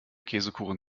käsekuchen